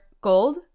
Gold